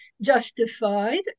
justified